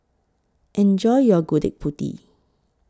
Enjoy your Gudeg Putih